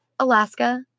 Alaska